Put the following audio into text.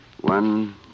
One